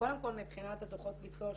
קודם כל מבחינת הדוחות ביצוע שהוגשו,